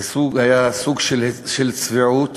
זה היה סוג של צביעות,